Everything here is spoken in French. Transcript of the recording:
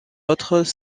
autres